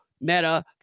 Meta